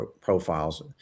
profiles